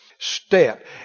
Step